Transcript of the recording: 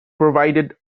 provided